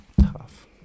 tough